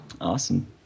Awesome